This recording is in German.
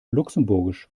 luxemburgisch